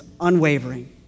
unwavering